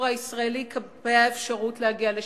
הישראלי כלפי האפשרות להגיע לשלום,